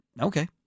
Okay